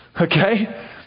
okay